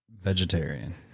Vegetarian